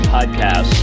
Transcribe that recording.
Podcast